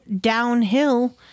downhill